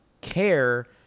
care